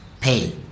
pay